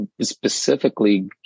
specifically